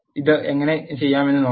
ഇത് എങ്ങനെ ചെയ്യാമെന്ന് നോക്കാം